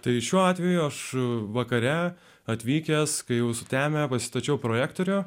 tai šiuo atveju aš vakare atvykęs kai jau sutemę pastačiau projektorių